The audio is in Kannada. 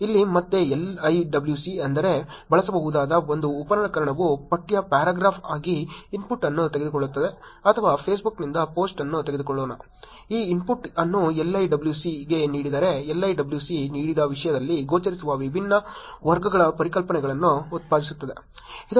ಇಲ್ಲಿ ಮತ್ತೆ LIWC ಅಂದರೆ ಬಳಸಬಹುದಾದ ಒಂದು ಉಪಕರಣವು ಪಠ್ಯ ಪ್ಯಾರಾಗ್ರಾಫ್ ಆಗಿ ಇನ್ಪುಟ್ ಅನ್ನು ತೆಗೆದುಕೊಳ್ಳುತ್ತದೆ ಅಥವಾ ಫೇಸ್ಬುಕ್ನಿಂದ ಪೋಸ್ಟ್ ಅನ್ನು ತೆಗೆದುಕೊಳ್ಳೋಣ ಈ ಇನ್ಪುಟ್ ಅನ್ನು LIWC ಗೆ ನೀಡಿದರೆ LIWC ನೀಡಿದ ವಿಷಯದಲ್ಲಿ ಗೋಚರಿಸುವ ವಿಭಿನ್ನ ವರ್ಗಗಳ ಪರಿಕಲ್ಪನೆಗಳನ್ನು ಉತ್ಪಾದಿಸುತ್ತದೆ